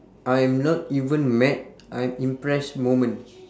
I'm not even mad I'm impressed moment